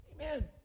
Amen